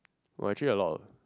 !wah! actually a lot